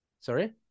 Sorry